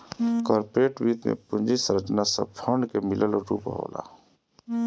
corporate वित्त में पूंजी संरचना सब फंड के मिलल रूप होला